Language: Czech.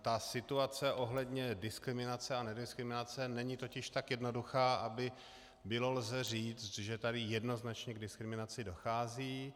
Ta situace ohledně diskriminace a nediskriminace není totiž tak jednoduchá, aby šlo říct, že tady jednoznačně k diskriminaci dochází.